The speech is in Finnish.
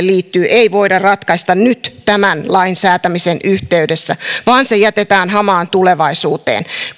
liittyy ei voida ratkaista nyt tämän lain säätämisen yhteydessä vaan se jätetään hamaan tulevaisuuteen